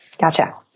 Gotcha